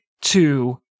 two